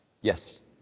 yes